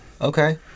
okay